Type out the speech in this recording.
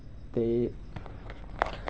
ते